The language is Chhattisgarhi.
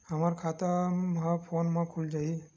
हमर खाता ह फोन मा खुल जाही?